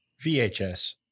VHS